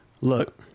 look